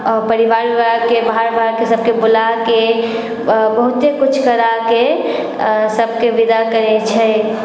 परिवार वरिवारके बाहर वाहरके सभके बुलाके बहुते कुछ कराके सभके विदा करै छै